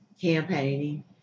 campaigning